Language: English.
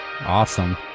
Awesome